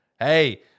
Hey